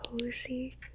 cozy